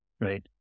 right